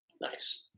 Nice